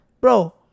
bro